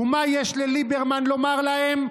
ומה יש לליברמן לומר להם?